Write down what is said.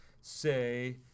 say